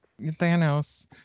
Thanos